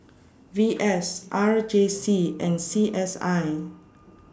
V S R J C and C S I